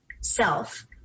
self